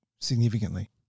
significantly